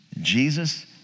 Jesus